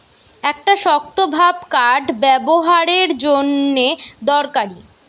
একটা শক্তভাব কাঠ ব্যাবোহারের জন্যে দরকারি